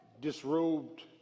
disrobed